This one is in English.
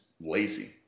lazy